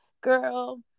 girl